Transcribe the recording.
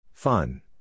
Fun